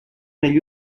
negli